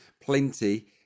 Plenty